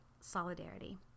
solidarity